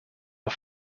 are